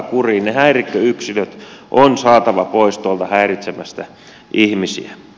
ne häirikköyksilöt on saatava pois tuolta häiritsemästä ihmisiä